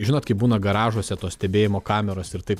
žinot kaip būna garažuose tos stebėjimo kameros ir taip